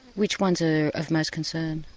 which ones are of most concern?